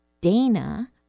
Dana